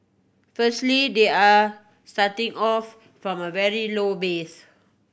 firstly they are starting off from a very low base